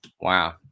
wow